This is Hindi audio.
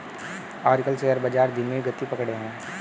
आजकल शेयर बाजार धीमी गति पकड़े हैं